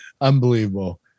unbelievable